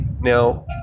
Now